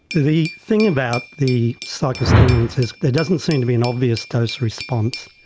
the thing about the psychostimulants is there doesn't seem to be an obvious dose response.